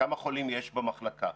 כמה חולים יש במחלקה.